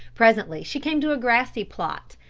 presently she came to a grassy plot,